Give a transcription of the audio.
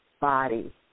body